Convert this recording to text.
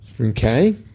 Okay